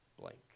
blank